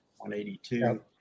182